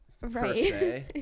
Right